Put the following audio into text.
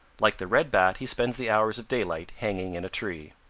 like the red bat he spends the hours of daylight hanging in a tree.